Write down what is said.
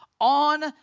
on